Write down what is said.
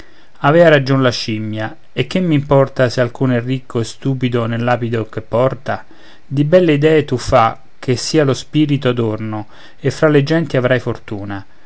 avea ragion la scimmia e che m'importa se alcun è ricco e stupido nell'abito che porta di belle idee tu fa che sia lo spirito adorno e fra le genti avrai fortuna